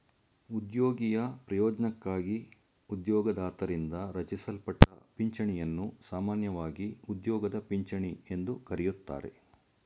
ಉದ್ಯೋಗಿಯ ಪ್ರಯೋಜ್ನಕ್ಕಾಗಿ ಉದ್ಯೋಗದಾತರಿಂದ ರಚಿಸಲ್ಪಟ್ಟ ಪಿಂಚಣಿಯನ್ನು ಸಾಮಾನ್ಯವಾಗಿ ಉದ್ಯೋಗದ ಪಿಂಚಣಿ ಎಂದು ಕರೆಯುತ್ತಾರೆ